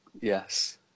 Yes